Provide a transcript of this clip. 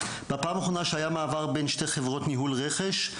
בפעם האחרונה שהיה מעבר בין שתי חברות ניהול רכש,